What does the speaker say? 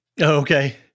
Okay